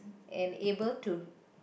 and able to